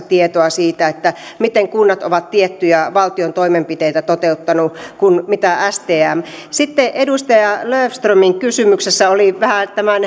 tietoa siitä miten kunnat ovat tiettyjä valtion toimenpiteitä toteuttaneet kuin stmllä sitten edustaja löfströmin kysymyksessä oli vähän